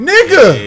Nigga